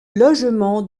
logement